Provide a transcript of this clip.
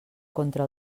contra